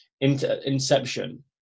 Inception